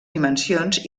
dimensions